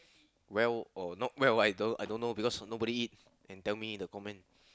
well or not well I don't don't know because of nobody can tell me the comment